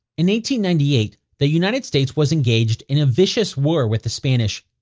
in ninety ninety eight, the united states was engaged in a vicious war with the spanish.